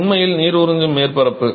இது உண்மையில் நீர் உறிஞ்சும் மேற்பரப்பு